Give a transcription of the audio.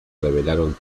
revelaron